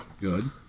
Good